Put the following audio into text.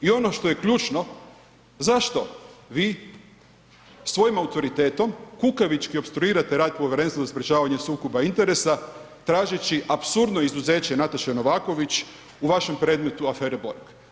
I ono što je ključno, zašto vi svojim autoritetom kukavički opstruirate rad Povjerenstva za sprječavanje sukoba interesa tražeći apsurdno izuzeće Nataše Novaković u vašem predmetu afere Borg.